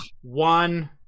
one